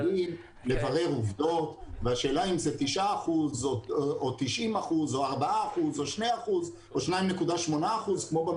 למחוקק יש כלים לברר עובדות והשאלה אם זה 9% או 90% או 4% או 2%,